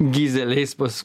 gizeliais pas